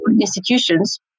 institutions